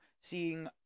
seeing